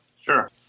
sure